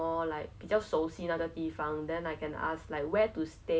and like imagine and like just pretend lah